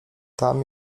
tam